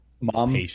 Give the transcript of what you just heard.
Mom